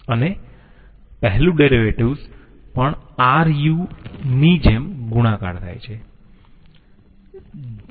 અને પહેલું ડેરિવેટિવ્ઝ પણ Ru ની જેમ ગુણાકાર થાય છે